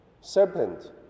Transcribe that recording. Serpent